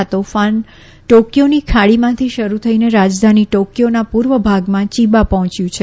આ તોફાન ટોક્યોની ખાડીમાંથી શરૂ થઈને રાજધાની ટોક્યોના પૂર્વ ભાગમાં ચીબા પહોંચ્યું છે